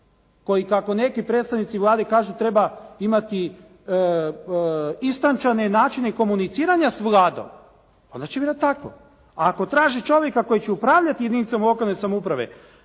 koji kako neki predstavnici Vlade kažu treba imati istančane načine komuniciranja s Vladom onda će vjerojatno tako. A ako traži čovjeka koji će upravljati jedinicom lokalne samouprave,